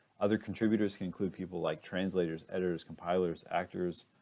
other contributors can include people like translators, editors, compilers, actors.